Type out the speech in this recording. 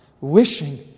wishing